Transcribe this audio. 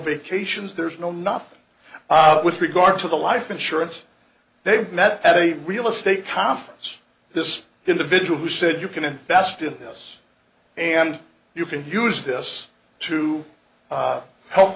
vacations there's no nothing with regard to the life insurance they met at a real estate conference this individual who said you can invest in this and you can use this to help